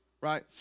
right